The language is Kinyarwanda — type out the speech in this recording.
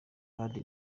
kandi